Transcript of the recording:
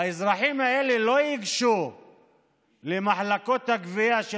האזרחים האלה לא ייגשו למחלקות הגבייה של